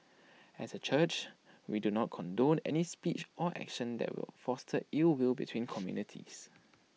as A church we do not condone any speech or actions that will foster ill will between communities